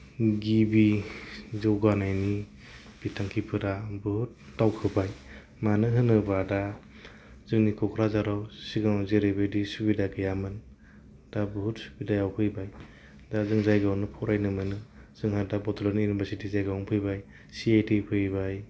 गिबि जौगानायनि बिथांखिफोरा बुहुद दावखोबाय मानो होनोबा दा जोंनि क'क्राझाराव सिगां जेरैबायदि सुबिदा गैयामोन दा बुहुद सुबिदायाव फैबाय दा जों जायगायावनो फरायनो मोनो जोंहा दा बडलेण्ड इउनिभार्सिति जायगायावनो फैबाय सिआइति फैबाय